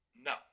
No